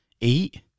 Eight